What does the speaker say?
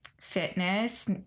fitness